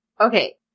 Okay